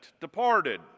departed